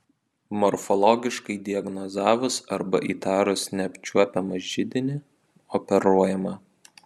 morfologiškai diagnozavus arba įtarus neapčiuopiamą židinį operuojama